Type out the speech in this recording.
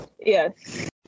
Yes